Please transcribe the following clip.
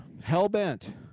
hell-bent